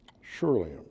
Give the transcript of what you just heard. surely